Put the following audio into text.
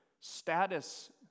status